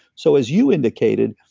so as you indicated,